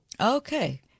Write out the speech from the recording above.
okay